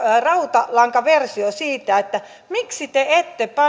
rautalankaversio siitä miksi te ette